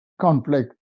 conflict